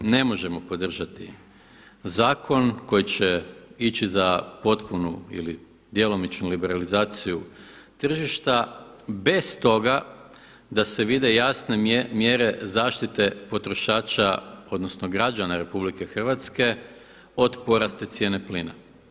Ne možemo podržati zakon koji će ići za potpunu ili djelomičnu liberalizaciju tržišta bez toga da se vide jasne mjere zaštite potrošača, odnosno građana RH od porasta cijene plina.